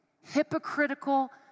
hypocritical